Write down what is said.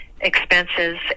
expenses